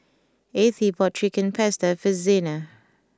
Ethie bought Chicken Pasta for Zena